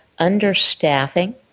understaffing